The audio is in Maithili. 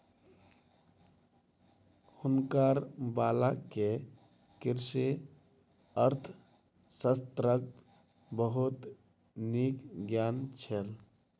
हुनकर बालक के कृषि अर्थशास्त्रक बहुत नीक ज्ञान छल